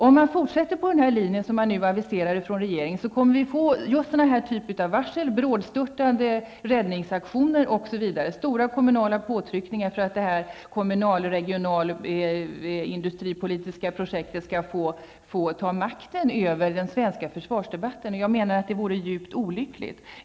Om man fortsätter på den linje som nu aviseras från regeringen kommer man att få just denna typ av varsel, brådstörtade räddningsaktioner, osv., och stora kommunala påtryckningar för att detta kommunalregionala och industripolitiska projekt skall få ta makten över den svenska försvarsdebatten. Jag menar att det vore djupt olyckligt.